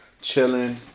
chilling